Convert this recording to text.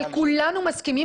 אבל כולנו מסכימים